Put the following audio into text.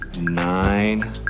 nine